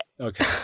Okay